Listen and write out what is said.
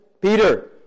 Peter